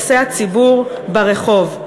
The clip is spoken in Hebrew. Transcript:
עושה הציבור ברחוב.